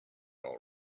all